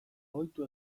ohitu